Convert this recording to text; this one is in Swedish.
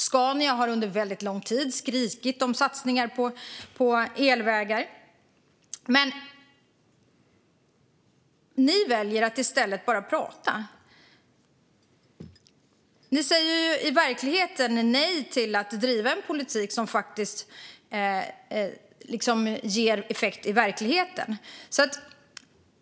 Scania har under väldigt lång tid skrikit om satsningar på elvägar, men ni väljer att i stället bara prata. Ni säger i verkligheten nej till att driva en politik som ger effekt i verkligheten.